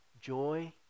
joy